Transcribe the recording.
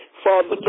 Father